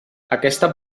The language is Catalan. aquesta